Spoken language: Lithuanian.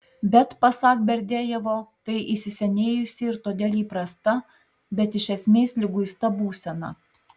bet pasak berdiajevo tai įsisenėjusi ir todėl įprasta bet iš esmės liguista būsena